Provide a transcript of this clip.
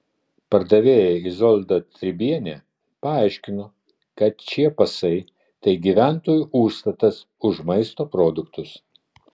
pardavėja izolda tribienė paaiškino kad šie pasai tai gyventojų užstatas už maisto produktus